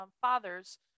father's